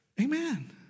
Amen